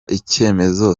icyemezo